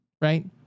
right